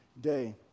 day